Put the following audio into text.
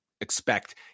expect